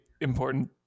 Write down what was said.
important